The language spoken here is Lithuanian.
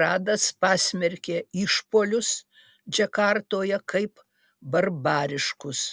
radas pasmerkė išpuolius džakartoje kaip barbariškus